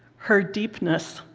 her deepness.